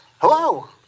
Hello